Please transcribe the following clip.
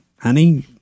Honey